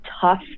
tough